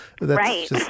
Right